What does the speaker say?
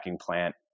plant